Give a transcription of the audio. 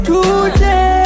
Today